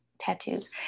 tattoos